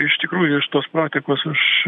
iš tikrųjų iš tos praktikos aš